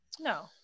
No